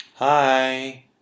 Hi